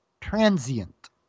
transient